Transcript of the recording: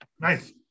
Nice